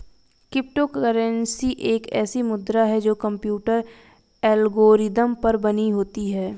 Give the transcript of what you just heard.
crypto currency एक ऐसी मुद्रा है जो कंप्यूटर एल्गोरिदम पर बनी होती है